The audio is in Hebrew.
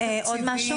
עוד משהו?